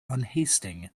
unhasting